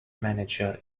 manager